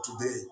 today